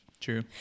true